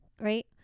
Right